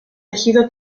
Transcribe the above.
ejido